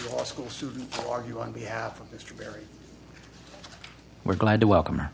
law school student argue on behalf of mr perry we're glad to welcome